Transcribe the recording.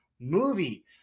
movie